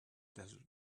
desert